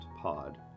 pod